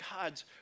God's